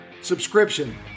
subscription